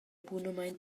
bunamein